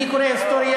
אני קורא היסטוריה,